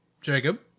Jacob